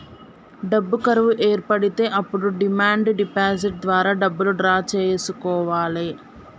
డబ్బు కరువు ఏర్పడితే అప్పుడు డిమాండ్ డిపాజిట్ ద్వారా డబ్బులు డ్రా చేసుకోవాలె